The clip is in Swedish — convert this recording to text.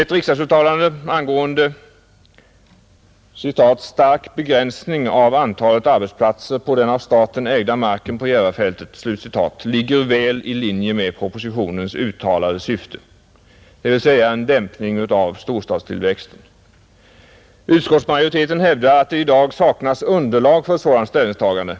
Ett riksdagsuttalande angående ”stark begränsning av antalet arbetsplatser på den av staten ägda marken på Järvafältet” ligger väl i linje med propositionens syfte, dvs, en dämpning av storstadstillväxten. Utskottsmajoriteten hävdar att det i dag saknas underlag för ett sådant ställningstagande.